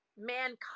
mankind